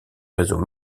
réseau